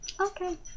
okay